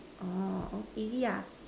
easy